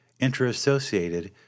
interassociated